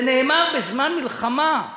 זה נאמר בזמן מלחמה.